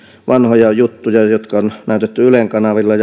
vanhoja juttuja jotka on näytetty ylen kanavilla